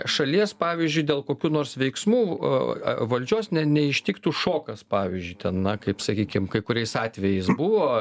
šalies pavyzdžiui dėl kokių nors veiksmų valdžios ne neištiktų šokas pavyzdžiui ten na kaip sakykim kai kuriais atvejais buvo